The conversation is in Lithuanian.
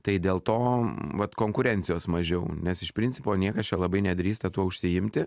tai dėl to vat konkurencijos mažiau nes iš principo niekas čia labai nedrįsta tuo užsiimti